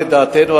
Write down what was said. לדעתנו,